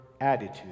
attitude